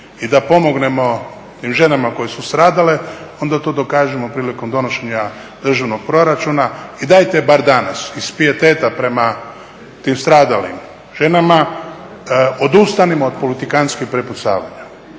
i da pomognemo tim ženama koje su stradale onda to dokažimo prilikom donošenja državnog proračuna. i dajte bar danas iz pijeteta prema tim stradalim ženama odustanimo od politikantskih prepucavanja,